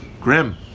Grim